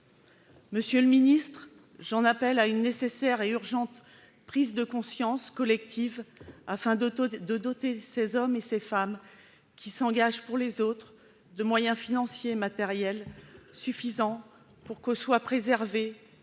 Monsieur le ministre, j'en appelle à une nécessaire et urgente prise de conscience collective afin de doter ces hommes et ces femmes qui s'engagent pour les autres de moyens financiers et matériels suffisants, pour que soit préservé